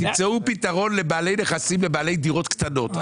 תמצאו פתרון לבעלי נכסים ולבעלי דירות קטנות.